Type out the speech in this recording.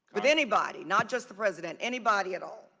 but anybody not just the president, anybody at all?